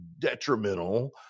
detrimental